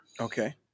Okay